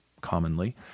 commonly